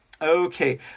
Okay